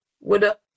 woulda